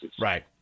Right